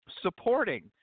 supporting